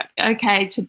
okay